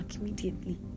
immediately